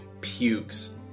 pukes